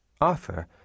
Arthur